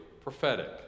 prophetic